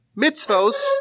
mitzvos